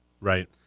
Right